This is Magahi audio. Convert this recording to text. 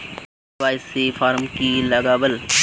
के.वाई.सी फॉर्मेट की लगावल?